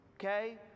okay